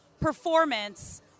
performance